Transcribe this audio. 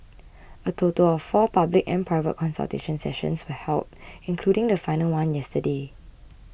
a total of four public and private consultation sessions were held including the final one yesterday